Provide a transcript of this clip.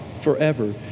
forever